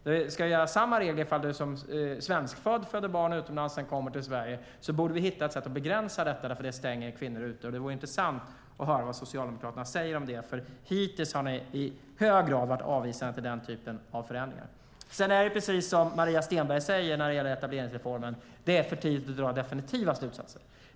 Om vi ska ha samma regler för den som är svenskfödd, föder barn utomlands och sedan kommer till Sverige borde vi hitta ett sätt att begränsa detta, för det stänger kvinnor ute. Det vore intressant att höra vad Socialdemokraterna säger om det. Hittills har ni i hög grad varit avvisande till den typen av förändringar. Det är precis som Maria Stenberg säger när det gäller etableringsreformen. Det är för tidigt att dra definitiva slutsatser.